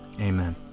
Amen